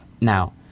Now